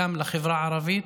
גם לחברה הערבית,